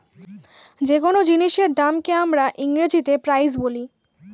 যে কোন জিনিসের দামকে আমরা ইংরেজিতে প্রাইস বলি